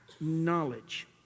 knowledge